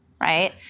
right